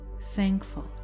thankful